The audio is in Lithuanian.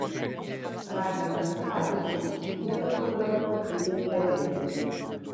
rankiodami pavyzdžius jiedu su grafu įveikė vingį